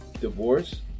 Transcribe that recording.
divorce